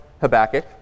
Habakkuk